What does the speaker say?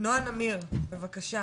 נמיר בבקשה,